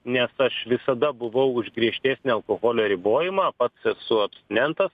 nes aš visada buvau už griežtesnę alkoholio ribojimą pats esu abstinentas